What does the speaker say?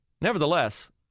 Nevertheless